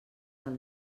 del